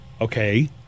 Okay